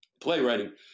playwriting